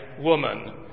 woman